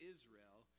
Israel